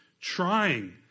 trying